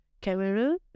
camera